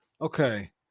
okay